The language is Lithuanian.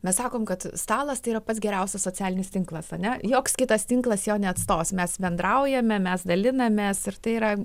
mes sakom kad stalas tai yra pats geriausias socialinis tinklas ne joks kitas tinklas jo neatstos mes bendraujame mes dalinamės ir tai yra